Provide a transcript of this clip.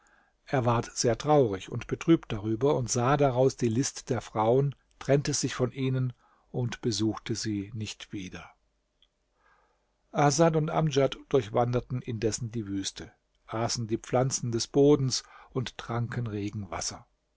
er ward sehr traurig und betrübt darüber und er sah daraus die list der frauen trennte sich von ihnen und besuchte sie nicht wieder asad und amdjad durchwanderten indessen die wüste aßen die pflanzen des bodens und tranken regenwasser